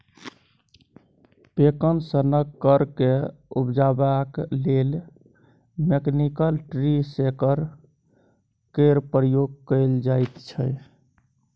पैकन सनक फर केँ उपजेबाक लेल मैकनिकल ट्री शेकर केर प्रयोग कएल जाइत छै